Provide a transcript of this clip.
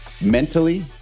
Mentally